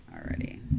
already